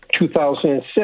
2006